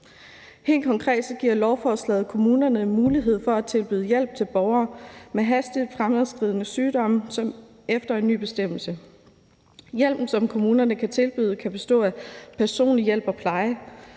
Helt konkret giver lovforslaget kommunerne mulighed for at tilbyde hjælp til borgere med hastigt fremadskridende sygdomme efter en ny bestemmelse. Hjælpen, som kommunerne kan tilbyde, kan bestå af personlig hjælp og pleje,